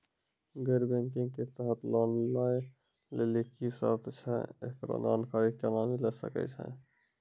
गैर बैंकिंग के तहत लोन लए लेली की सर्त छै, एकरो जानकारी केना मिले सकय छै?